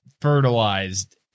fertilized